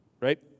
right